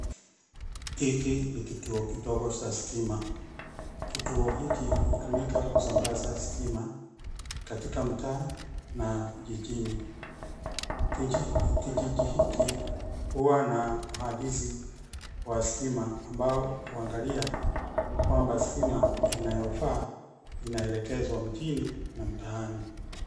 Hiki ni kituo kidogo za stima. Kituo hiki hutumika kusambaza stima katika mtaa na jijini. Kijiji hiki huwa na uadizi wa stima, ambao huangalia kwamba stima inayofaa inaelekezwa mjini na mtaani.